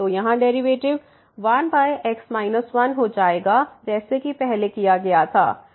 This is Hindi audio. तो यहाँ डेरिवेटिव1x 1 हो जाएगा जैसा कि पहले किया गया था